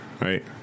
Right